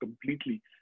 completely